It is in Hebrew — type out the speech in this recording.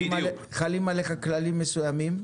חלים עליך כללים מסוימים.